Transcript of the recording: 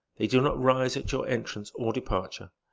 they do not rise at your entrance or departure.